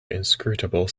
inscrutable